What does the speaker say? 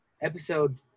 episode